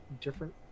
different